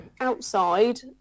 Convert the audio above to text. outside